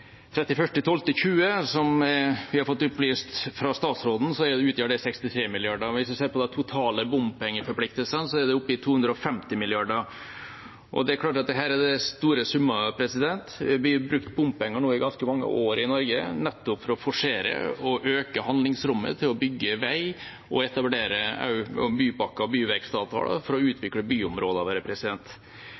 vi fått opplyst fra statsråden at den utgjør 63 mrd. kr, og hvis vi ser på de totale bompengeforpliktelsene, er de oppe i 250 mrd. kr – er helt klart store summer. Vi har brukt bompenger i ganske mange år i Norge nå, nettopp for å forsere og øke handlingsrommet til å bygge vei, og også til å etablere bypakker og byvekstavtaler for å utvikle